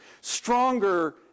Stronger